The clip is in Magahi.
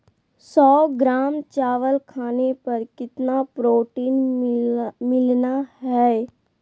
सौ ग्राम चावल खाने पर कितना प्रोटीन मिलना हैय?